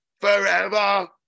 forever